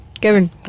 Kevin